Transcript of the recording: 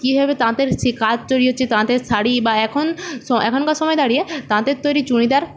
কীভাবে তাঁতের সে কাজ তৈরি হচ্ছে তাঁতের শাড়ি বা এখন এখনকার সময় দাঁড়িয়ে তাঁতের তৈরি চুড়িদার